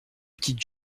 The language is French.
petites